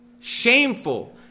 Shameful